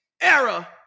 era